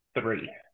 three